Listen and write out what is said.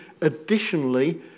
additionally